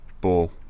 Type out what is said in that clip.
ball